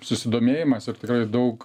susidomėjimas ir tikrai daug